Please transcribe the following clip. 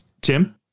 Tim